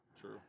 True